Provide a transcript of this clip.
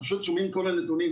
אנחנו פשוט שומעים כל מיני נתונים,